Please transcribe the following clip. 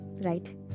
Right